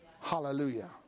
Hallelujah